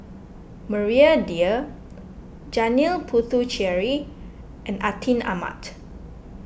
Maria Dyer Janil Puthucheary and Atin Amat